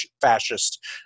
fascist